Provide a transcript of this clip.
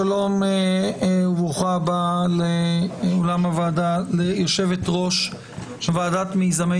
שלום וברוכה הבאה ליושבת-ראש ועדת מיזמי